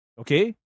okay